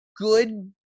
good